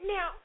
Now